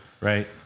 Right